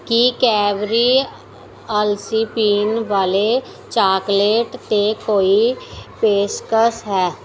ਕੀ Cadbury ਅਲਸੀ ਪੀਣ ਵਾਲੀ ਚਾਕਲੇਟ 'ਤੇ ਕੋਈ ਪੇਸ਼ਕਸ਼ ਹੈ